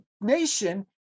nation